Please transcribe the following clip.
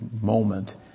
moment